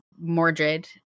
Mordred